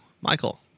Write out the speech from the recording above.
michael